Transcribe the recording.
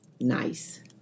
nice